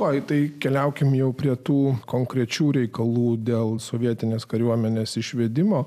oi tai keliaukime jau prie tų konkrečių reikalų dėl sovietinės kariuomenės išvedimo